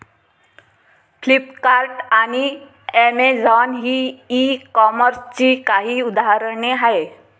Flipkart आणि Amazon ही ई कॉमर्सची काही उदाहरणे आहे